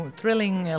thrilling